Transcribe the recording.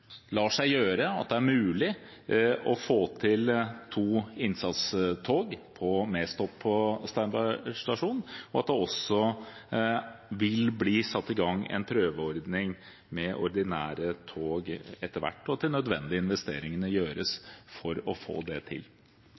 lar seg gjøre, at det er mulig, å få til to innsatstog med stopp på Steinberg stasjon, at det også vil bli satt i gang en prøveordning med ordinære tog etter hvert, og at de nødvendige investeringene gjøres for å få det til.